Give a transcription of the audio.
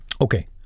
Okay